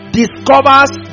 discovers